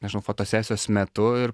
nežinau fotosesijos metu ir